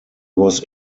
was